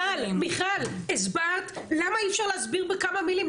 מיכל, הסברת, למה אי אפשר להסביר בכמה מילים?